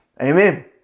amen